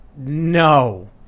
no